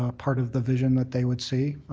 ah part of the vision that they would see,